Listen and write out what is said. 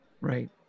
Right